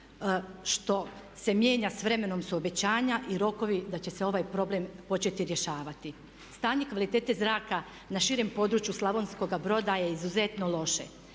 što se mijenja s vremenom su obećanja i rokovi da će se ovaj problem početi rješavati. Stanje kvalitete zraka na širem području Slavonskoga Broda je izuzetno loše.